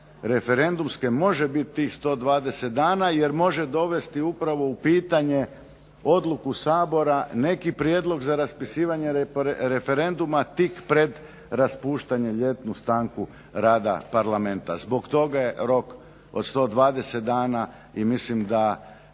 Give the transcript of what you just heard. referendumske može biti tih 120 dana jer može dovesti upravo u pitanje odluku Sabora, neki prijedlog za raspisivanje referenduma tik pred raspuštanje, ljetnu stanku rada Parlamenta. Zbog toga je rok od 120 dana i mislim da